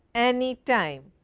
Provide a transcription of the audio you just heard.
any time,